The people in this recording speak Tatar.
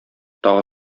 тагы